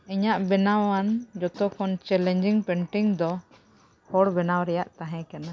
ᱤᱧᱟᱜ ᱵᱮᱱᱟᱣ ᱟᱱ ᱡᱚᱛᱚ ᱠᱷᱚᱱ ᱫᱚ ᱦᱚᱲ ᱵᱮᱱᱟᱣ ᱨᱮᱭᱟᱜ ᱛᱟᱦᱮᱸ ᱠᱟᱱᱟ